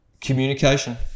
communication